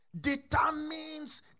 Determines